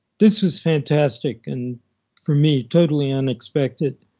this was fantastic and for me, totally unexpected.